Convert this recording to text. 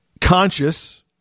conscious